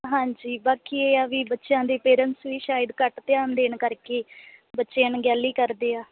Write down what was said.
ਹਾਂਜੀ ਬਾਕੀ ਇਹ ਹੈ ਵੀ ਬੱਚਿਆਂ ਦੇ ਪੇਰੈਂਟਸ ਵੀ ਸ਼ਾਇਦ ਘੱਟ ਧਿਆਨ ਦੇਣ ਕਰਕੇ ਬੱਚੇ ਅਣਗਹਿਲੀ ਕਰਦੇ ਆ